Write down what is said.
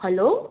hello